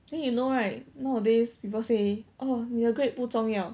then you know right nowadays people say oh 你的 grade 不重要